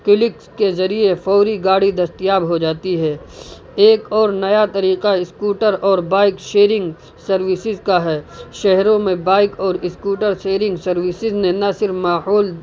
clicks کے ذریعے فوری گاڑی دستیاب ہو جاتی ہے ایک اور نیا طریقہ اسکوٹر اور بائک شیرنگ سروسز کا ہے شہروں میں بائک اور اسکوٹر شیرنگ سروسز نے نہ صرف ماحول